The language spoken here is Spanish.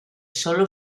solo